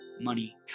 money